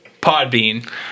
Podbean